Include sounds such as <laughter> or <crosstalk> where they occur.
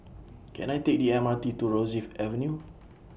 <noise> Can I Take The M R T to Rosyth Avenue <noise>